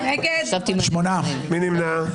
מי נמנע?